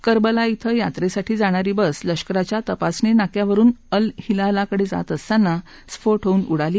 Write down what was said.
करबला शिं यात्रेसाठी जाणारी बस लष्कराच्या तपासणी नाक्यावरुन अल हिलाला कडे जात असताना स्फोट होऊन उडाली